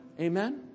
Amen